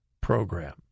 program